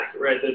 right